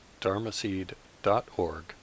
dharmaseed.org